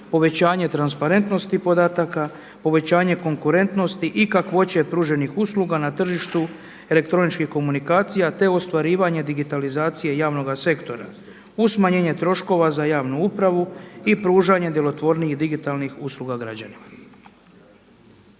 povećanje transparentnosti podataka, povećanje konkurentnosti i kakvoće pruženih usluga na tržištu elektroničkih komunikacija te ostvarivanje digitalizacije javnoga sektora uz smanjenje troškova za javnu upravu i pružanje djelotvornijih digitalnih usluga građanima.